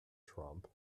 trump